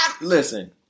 Listen